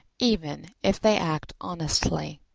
even if they act honestly.